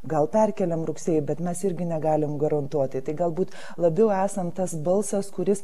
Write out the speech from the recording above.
gal perkeliam rugsėjui bet mes irgi negalim garantuoti tai galbūt labiau esam tas balsas kuris